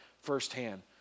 firsthand